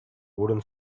wooden